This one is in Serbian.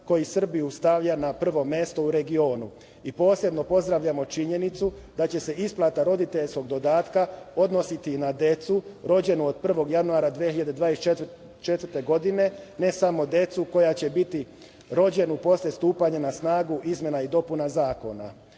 koji Srbiju stavlja na prvo mesto u regionu. I posebno pozdravljamo činjenicu da će se isplata roditeljskog dodatka odnositi i na decu rođenu od 1. januara 2024. godine, ne samo decu koja će biti rođena posle stupanja na snagu izmena i dopuna